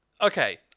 Okay